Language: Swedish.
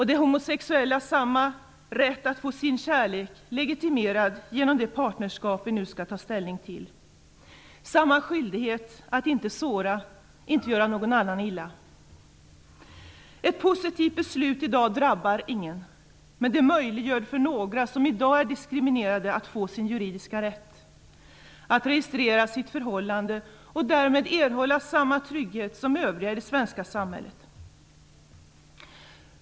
De homosexuella har samma rätt att få sin kärlek legitimerad genom det partnerskap som vi nu skall ta ställning till. Vi har samma skyldighet att inte såra eller göra någon annan illa. Ett positivt beslut i dag drabbar ingen. Men det möjliggör för några som i dag är diskriminerade att få sin juridiska rätt att registrera sitt förhållande och därmed erhålla samma trygghet som övriga i det svenska samhället.